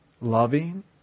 Loving